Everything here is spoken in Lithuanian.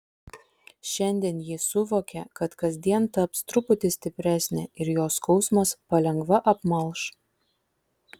šiandien ji suvokė kad kasdien taps truputį stipresnė ir jos skausmas palengva apmalš